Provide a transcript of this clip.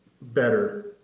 better